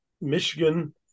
Michigan